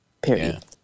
Period